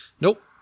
Nope